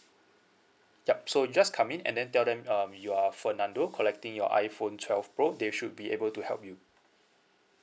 yup so just come in and then tell them um you are fernando collecting your iphone twelve pro they should be able to help you